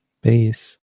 base